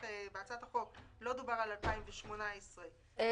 אבל שבהצעת החוק לא דובר על 2018 --- סליחה,